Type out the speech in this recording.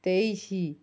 ତେଇଶ